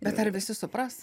bet ar visi supras